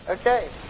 Okay